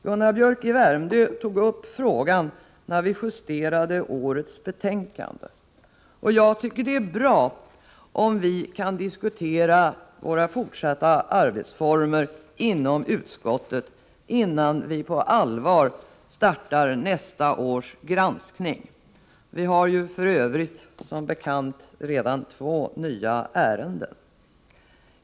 Gunnar Biörck i Värmdö tog upp frågan när vi justerade årets betänkande, och jag tycker det är bra om vi kan diskutera våra fortsatta arbetsformer inom utskottet innan vi på allvar startar nästa års granskning — vi har ju för övrigt som bekant två nya ärenden.